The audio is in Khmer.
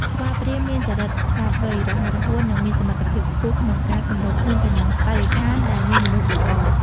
ស្វាព្រាហ្មណ៍មានចរិតឆ្លាតវៃ រហ័សរហួន និងមានសមត្ថភាពខ្ពស់ក្នុងការសម្របខ្លួនទៅនឹងបរិស្ថានដែលមានមនុស្សអ៊ូអរ។